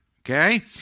Okay